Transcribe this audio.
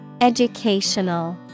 Educational